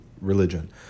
religion